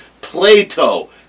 Plato